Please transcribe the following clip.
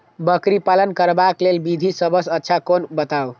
बकरी पालन करबाक लेल विधि सबसँ अच्छा कोन बताउ?